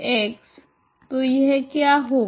यह होगा तो यह क्या होगा